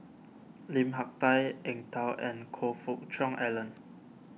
Lim Hak Tai Eng Tow and Choe Fook Cheong Alan